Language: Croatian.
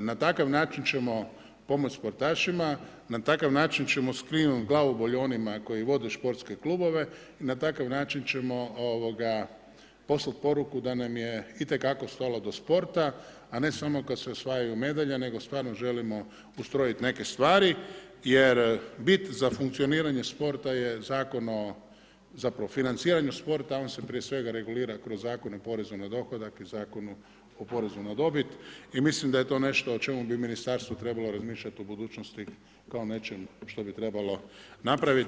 na takav način ćemo pomoć sportašima, na takav način ćemo skinut glavobolju onima koji vode športske klubove i na takav način ćemo poslat poruku da nam je itekako stalo do sporta, a ne samo kad se osvajaju medalje, nego stvarno želimo ustrojit neke stvari jer bit za funkcioniranje sporta je Zakon o zapravo financiranju sporta, on se prije svega regulira kroz Zakon o porezu na dohodak i Zakonu o porezu na dobit i mislim da je to nešto o čemu bi ministarstvo trebalo razmišljat u budućnosti kao nečemu što bi trebalo napraviti.